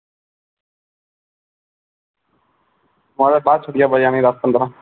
नुहाड़े बाद छुट्टियां पेई जानियां दस्स पंद्रहां